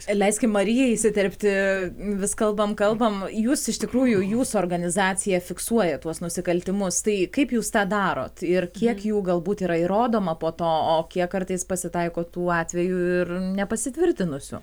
leiskim marijai įsiterpti vis kalbam kalbam jūs iš tikrųjų jūsų organizacija fiksuoja tuos nusikaltimus tai kaip jūs tą darot ir kiek jų gal būt yra įrodoma po to o kiek kartais pasitaiko tų atvejų ir nepasitvirtinusių